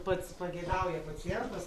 pats pageidauja pacientas